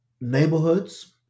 neighborhoods